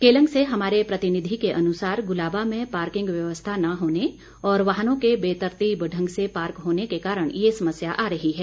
केलंग से हमारे प्रतिनिधि के अनुसार गुलाबा में पार्किंग व्यवस्था न होने और वाहनों के बेतरतीब ढंग से पार्क होने के कारण ये समस्या आ रही है